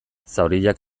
zauriak